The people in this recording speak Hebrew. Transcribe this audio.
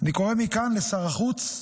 אני קורא מכאן לשר החוץ,